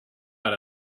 out